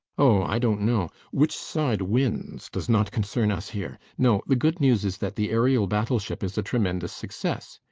oh, i don't know. which side wins does not concern us here. no the good news is that the aerial battleship is a tremendous success.